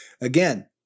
Again